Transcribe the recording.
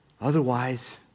Otherwise